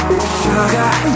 Sugar